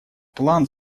план